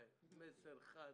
מסר חד.